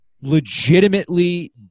legitimately